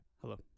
Hello